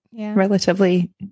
relatively